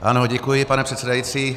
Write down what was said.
Ano, děkuji, pane předsedající.